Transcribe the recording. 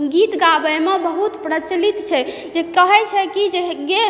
गीत गाबयमे बहुत प्रचलित छै जे कहय छै कि जे गे